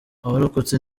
abarokotse